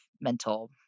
mental